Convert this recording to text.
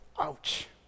Ouch